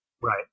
Right